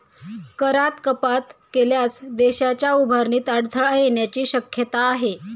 करात कपात केल्यास देशाच्या उभारणीत अडथळा येण्याची शक्यता आहे